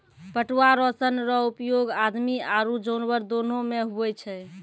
पटुआ रो सन रो उपयोग आदमी आरु जानवर दोनो मे हुवै छै